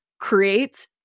creates